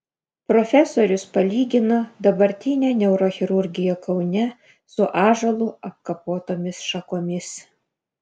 profesorius palygino dabartinę neurochirurgiją kaune su ąžuolu apkapotomis šakomis